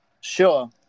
Sure